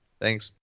thanks